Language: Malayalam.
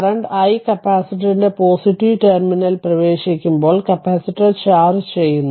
കറന്റ് i കപ്പാസിറ്ററിന്റെ പോസിറ്റീവ് ടെർമിനൽ പ്രവേശിക്കുമ്പോൾ കപ്പാസിറ്റർ ചാർജ് ചെയ്യുന്നു